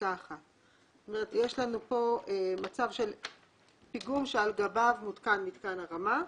שבפסקה (1);"" יש לנו פה פיגום שעל גביו מותקן מתקן הרמה.